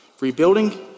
Rebuilding